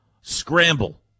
scramble